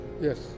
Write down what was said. Yes